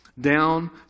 down